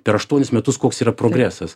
per aštuonis metus koks yra progresas